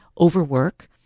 overwork